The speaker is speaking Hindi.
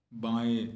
बाएँ